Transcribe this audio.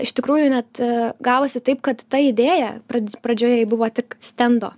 iš tikrųjų net ee gavosi taip kad ta idėja prad pradžioje ji buvo tik stendo